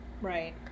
right